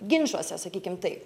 ginčuose sakykim tai